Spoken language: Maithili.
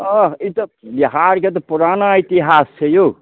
हँ ई तऽ बिहारके तऽ पुराना इतिहास छै यौ